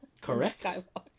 correct